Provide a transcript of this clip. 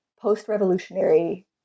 post-revolutionary